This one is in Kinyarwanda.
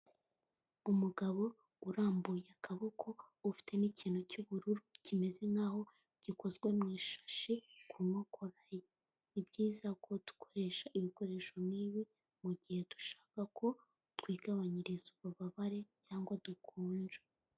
Umugabo urambuye akaboko ufite n'ikintu cy'ubururu kimeze nkaho gikozwe mushashi ku nkokora. Ni ibyiza ko dukoresha ibikoresho nkibi mugihe dushaka ko twigabanyiriza ububabare cyangwa dukonje.